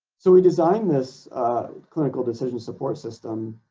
so we designed this clinical decision support system